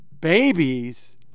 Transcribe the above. babies